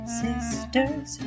sisters